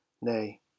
nay